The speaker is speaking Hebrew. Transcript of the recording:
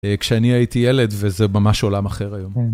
כשאני הייתי ילד וזה ממש עולם אחר היום.